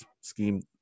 scheme